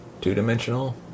two-dimensional